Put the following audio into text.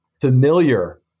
familiar